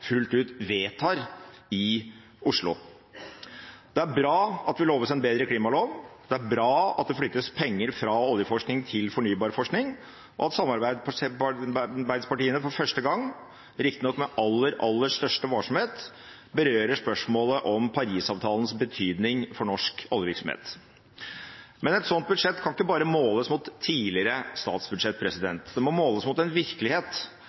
fullt ut vedtar i Oslo. Det er bra at vi loves en bedre klimalov, det er bra at det flyttes penger fra oljeforskning til fornybar forskning, og at samarbeidspartiene for første gang – riktignok med aller, aller største varsomhet – berører spørsmålet om Paris-avtalens betydning for norsk oljevirksomhet. Men et sånt budsjett kan ikke bare måles mot tidligere statsbudsjett. Det må måles mot en virkelighet